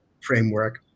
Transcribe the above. framework